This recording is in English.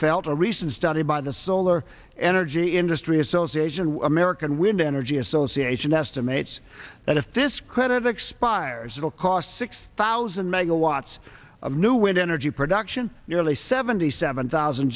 felt a recent study by the solar energy industry association of american wind energy association estimates that if this credit expires it will cost six thousand megawatts of new wind energy production nearly seventy seven thousand